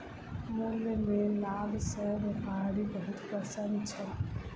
मूल्य में लाभ सॅ व्यापारी बहुत प्रसन्न छल